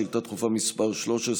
שאילתה דחופה מס' 13,